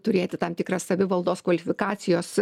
turėti tam tikrą savivaldos kvalifikacijos